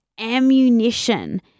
ammunition